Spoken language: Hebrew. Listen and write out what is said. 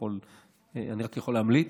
אני רק יכול להמליץ,